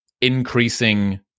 increasing